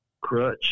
crutch